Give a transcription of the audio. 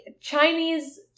chinese